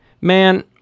man